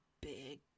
big